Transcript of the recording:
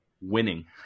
winning